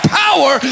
power